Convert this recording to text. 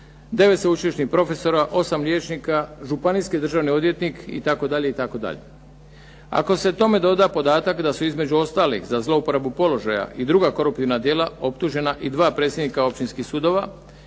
9 sveučilišnih profesora, 8 liječnika, županijski državni odvjetnik itd. Ako se tome doda podatak da su između ostalih za zlouporabu položaja i druga koruptivna djela optužena i dva predsjednika općinskih sudova,